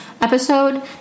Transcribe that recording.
episode